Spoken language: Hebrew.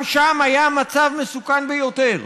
גם שם היה מצב מסוכן ביותר.